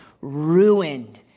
ruined